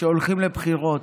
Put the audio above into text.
כשהולכים לבחירות,